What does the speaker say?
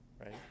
right